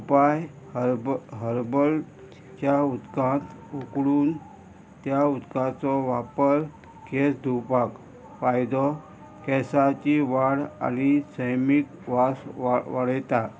उपाय herb herbal च्या उदकांत उकडून त्या उदकाचो वापर केंस धुवपाक फायदो केंसाची वाड आनी सैमीक वास वा वाडयता